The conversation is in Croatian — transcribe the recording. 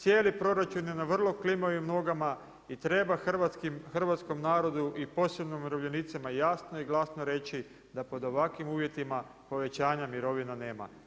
Cijeli proračun je na vrlo klimavim nogama i treba hrvatskom narodu i posebno umirovljenicima jasno i glasno reći da pod ovakvim uvjetima povećanja mirovina nema.